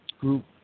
group